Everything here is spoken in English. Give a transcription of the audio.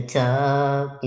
talk